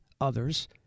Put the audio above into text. others